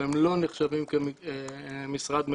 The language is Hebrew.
אבל הם לא משרד ממשלתי,